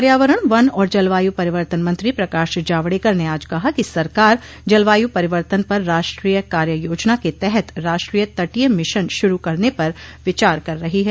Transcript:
पर्यावरण वन और जलवायु परिवर्तन मंत्री प्रकाश जावड़ेकर ने आज कहा कि सरकार जलवायु परिवर्तन पर राष्ट्रीय कार्य योजना के तहत राष्ट्रीय तटीय मिशन शुरू करने पर विचार कर रही है